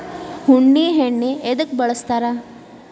ಉಣ್ಣಿ ಎಣ್ಣಿ ಎದ್ಕ ಬಳಸ್ತಾರ್?